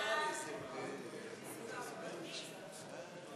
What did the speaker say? ההסתייגות (56) של קבוצת סיעת יש עתיד,